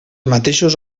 mateixos